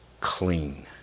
clean